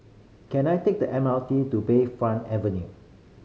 can I take the M R T to Bayfront Avenue